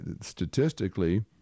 statistically